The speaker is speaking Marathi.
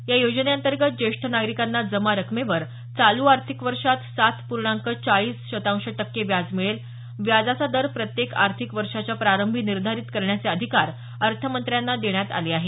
या योजनेअंतर्गत ज्येष्ठ नागरिकांना जमा रकमेवर चालू आर्थिक वर्षात सात पूर्णांक चाळीस शतांश टक्के व्याज मिळेल व्याजाचा दर प्रत्येक आर्थिक वर्षाच्या प्रारंभी निर्धारित करण्याचे अधिकार अर्थमंत्र्यांना देण्यात आले आहेत